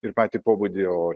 ir patį pobūdį o